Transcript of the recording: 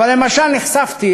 אבל, למשל, נחשפתי